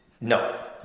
no